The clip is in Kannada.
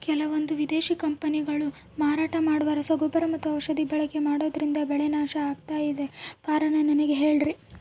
ಕೆಲವಂದು ವಿದೇಶಿ ಕಂಪನಿಗಳು ಮಾರಾಟ ಮಾಡುವ ರಸಗೊಬ್ಬರ ಮತ್ತು ಔಷಧಿ ಬಳಕೆ ಮಾಡೋದ್ರಿಂದ ಬೆಳೆ ನಾಶ ಆಗ್ತಾಇದೆ? ಕಾರಣ ನನಗೆ ಹೇಳ್ರಿ?